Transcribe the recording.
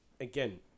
again